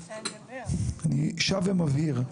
אני שב ומבהיר,